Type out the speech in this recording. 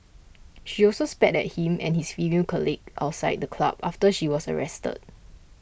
she also spat at him and his female colleague outside the club after she was arrested